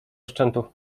szczętu